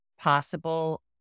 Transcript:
possible